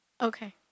Okay